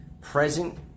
present